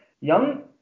young